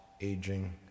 aging